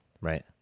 right